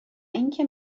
اینکه